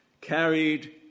Carried